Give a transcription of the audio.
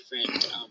different